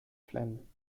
flennen